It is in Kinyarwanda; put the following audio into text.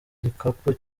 igikapu